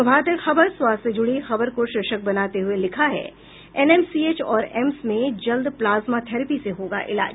प्रभात खबर स्वास्थ्य से जुड़ी खबर को शीर्षक बनाते हुए लिखा है एनएमसीएच और एम्स में जल्द प्लाजमा थेरेपी से होगा इलाज